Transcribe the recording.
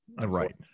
Right